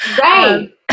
Right